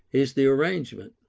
is the arrangement.